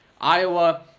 Iowa